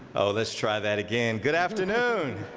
oh, let's try that again. good afternoon.